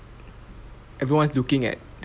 everyone is looking at